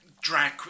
drag